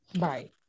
Right